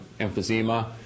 Emphysema